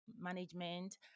management